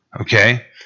okay